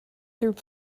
through